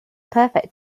perfect